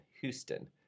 Houston